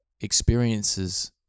experiences